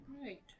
Right